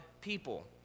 people